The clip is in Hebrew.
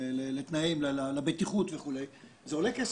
לתנאים, לבטיחות וכו', זה עולה כסף.